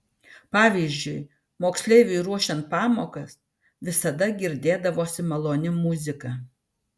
pavyzdžiui moksleiviui ruošiant pamokas visada girdėdavosi maloni muzika